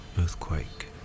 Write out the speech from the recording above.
earthquake